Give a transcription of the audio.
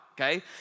okay